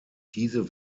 diese